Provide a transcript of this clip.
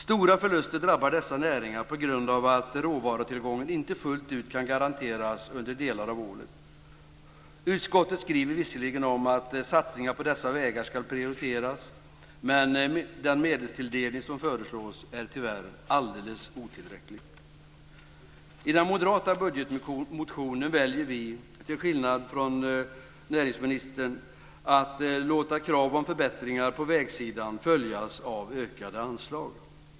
Stora förluster drabbar dessa näringar på grund av att råvarutillgången inte fullt ut kan garanteras under delar av året. Utskottet skriver visserligen om att satsningar på dessa vägar ska prioriteras, men den medelstilldelning som föreslås är tyvärr alldeles otillräcklig. I den moderata budgetmotionen väljer vi till skillnad från näringsministern att låta krav på förbättringar på vägsidan följas av ökade anslag.